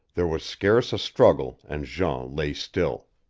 there was scarce a struggle and jean lay still.